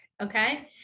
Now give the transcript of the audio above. okay